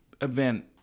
event